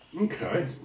Okay